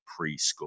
preschool